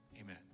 amen